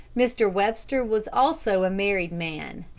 mr. webster was also a married man,